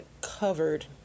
covered